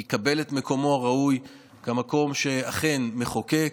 יקבל את מקומו הראוי כמקום שאכן מחוקק,